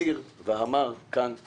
הצהיר ואמר כאן לכולנו: